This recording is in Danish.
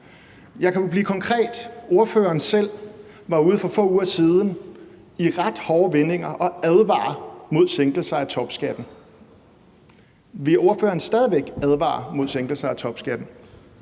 Jeg kan jo blive konkret: Ordføreren selv var ude for få uger siden i ret hårde vendinger at advare mod sænkelser af topskatten. Vil ordføreren stadig væk advare mod sænkelser af topskatten?